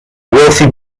wealthy